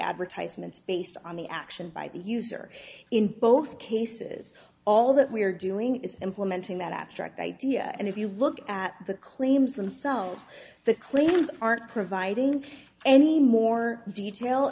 advertisements based on the action by the user in both cases all that we're doing is implementing that abstract idea and if you look at the claims themselves the claims aren't providing any more detail